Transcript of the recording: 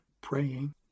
praying